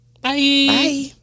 Bye